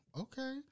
okay